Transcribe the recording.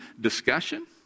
discussion